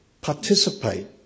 participate